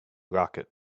rocket